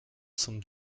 zum